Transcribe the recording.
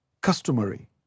customary